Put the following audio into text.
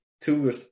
two